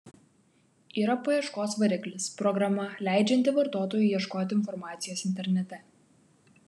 yra paieškos variklis programa leidžianti vartotojui ieškoti informacijos internete